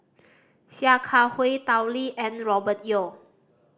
Sia Kah Hui Tao Li and Robert Yeo